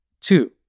two